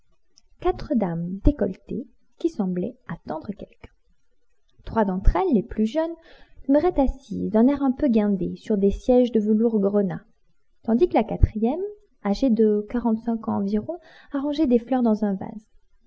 quatre dames décolletées qui semblaient attendre quelqu'un trois d'entre elles les plus jeunes demeuraient assises d'un air un peu guindé sur des sièges de velours grenat tandis que la quatrième âgée de quarante-cinq ans environ arrangeait des fleurs dans un vase